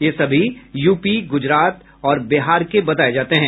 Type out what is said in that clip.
ये सभी यूपी गुजरात और बिहार के बताये जाते हैं